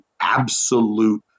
absolute